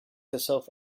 herself